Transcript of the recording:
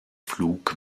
pflug